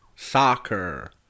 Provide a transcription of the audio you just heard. Soccer